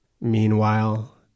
Meanwhile